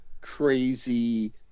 crazy